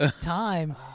time